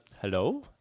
Hello